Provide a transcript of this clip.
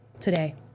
today